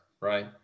right